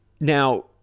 Now